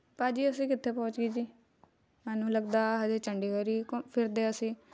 ਭਾਅ ਜੀ ਅਸੀਂ ਕਿੱਥੇ ਪਹੁੰਚ ਗਏ ਜੀ ਮੈਨੂੰ ਲੱਗਦਾ ਅਜੇ ਚੰਡੀਗੜ੍ਹ ਹੀ ਘੁੰ ਫਿਰਦੇ ਅਸੀਂ